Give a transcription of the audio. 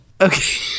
Okay